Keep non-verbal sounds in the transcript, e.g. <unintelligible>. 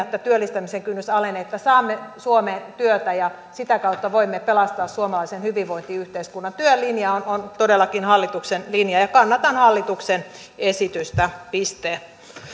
<unintelligible> että työllistämisen kynnys alenee että saamme suomeen työtä ja sitä kautta voimme pelastaa suomalaisen hyvinvointiyhteiskunnan työn linja on todellakin hallituksen linja ja kannatan hallituksen esitystä piste